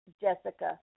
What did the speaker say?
Jessica